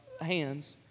hands